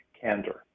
candor